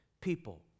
people